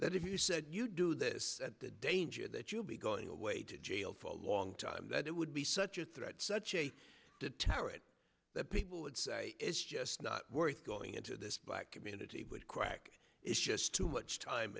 that if you said you do this the danger that you will be going away to jail for a long time that it would be such a threat such a deterrent that people would say it's just not worth going into this black community but crack is just too much time